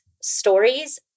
stories